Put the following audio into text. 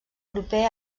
proper